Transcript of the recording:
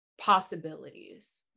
possibilities